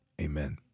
Amen